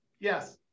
Yes